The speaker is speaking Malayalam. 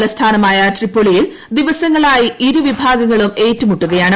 തലസ്ഥാനമായ ട്രിപ്പോളിയിൽ ദിവസങ്ങളായി ഇരു വിഭാഗങ്ങളും ഏറ്റുമുട്ടുകയാണ്